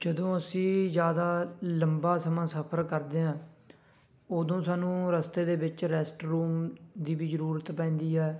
ਜਦੋਂ ਅਸੀਂ ਜ਼ਿਆਦਾ ਲੰਬਾ ਸਮਾਂ ਸਫਰ ਕਰਦੇ ਹਾਂ ਉਦੋਂ ਸਾਨੂੰ ਰਸਤੇ ਦੇ ਵਿੱਚ ਰੈਸਟ ਰੂਮ ਦੀ ਵੀ ਜ਼ਰੂਰਤ ਪੈਂਦੀ ਹੈ